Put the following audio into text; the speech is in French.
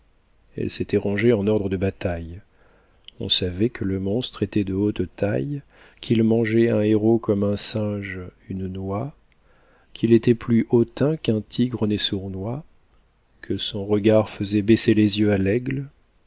elle s'était rangée en ordre de bataille on savait que le monstre était de haute taille qu'il mangeait un héros comme un singe une noix qu'il était plus hautain qu'un tigre n'est sournois que son regard faisait baisser les yeux à l'aigle